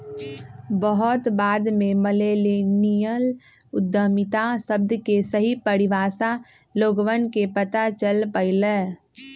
बहुत बाद में मिल्लेनियल उद्यमिता शब्द के सही परिभाषा लोगवन के पता चल पईलय